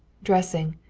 dressing,